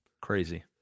Crazy